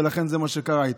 ולכן זה מה שקרה איתו.